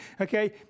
Okay